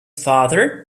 father